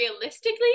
realistically